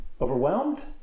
Overwhelmed